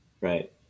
right